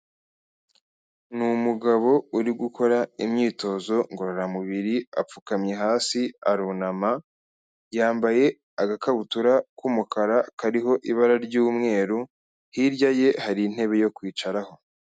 Ni umugabo uri gukora imyitozo ngororamubiri apfukamye hasi arunama yambaye agakabutura k'umukara kariho ibara ry'umweru hirya ye hari intebe yo kwicaraho.